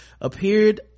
appeared